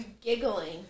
Giggling